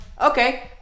okay